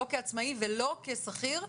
לא כעצמאי ולא כשכיר,